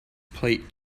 plate